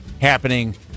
happening